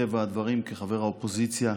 מטבע הדברים, כחבר האופוזיציה,